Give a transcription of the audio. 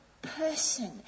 Person